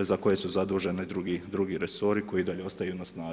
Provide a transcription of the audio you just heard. za koje su zaduženi drugi resori koji i dalje ostaju na snazi.